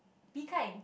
be kind